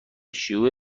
شیوع